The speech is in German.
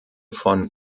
von